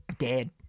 dead